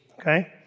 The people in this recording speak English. okay